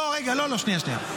רגע, שנייה, שנייה.